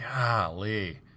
Golly